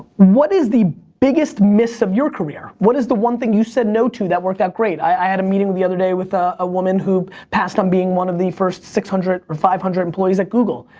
what is the biggest miss of your career? what is the one thing you said no to that weren't that great? i had a meeting the other day with a woman who passed on being one of the first six hundred or five hundred employees at google.